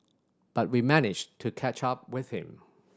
but we managed to catch up with him